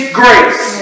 grace